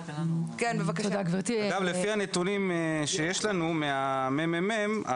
אגב לפי הנתונים שיש לנו מהממ"מ,